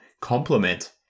complement